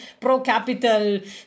pro-capital